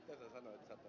hyväksymistä